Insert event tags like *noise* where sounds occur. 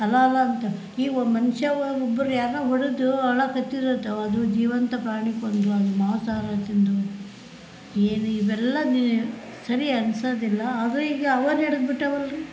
ಅಲ ಅಲ ಅಂತ ಈ ಒಂದು ಮನುಷ್ಯ ಒಬ್ರು ಯಾರನ್ನ ಹೊಡೆದು ಅಳೋಕತ್ತಿದ್ರಂತೆ ಅದು ಜೀವಂತ ಪ್ರಾಣಿ ಕೊಂದು ಅದು ಮಾಂಸಹಾರನ ತಿಂದು ಏನು ಇವೆಲ್ಲ *unintelligible* ಸರಿ ಅನಿಸೋದಿಲ್ಲ ಅದು ಈಗ ಅವೆ ನಡದು ಬಿಟ್ಟಾವಲ್ಲರಿ